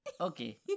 Okay